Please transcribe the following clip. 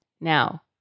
Now